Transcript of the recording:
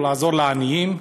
או לעזור לעניים,